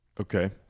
Okay